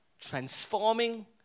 transforming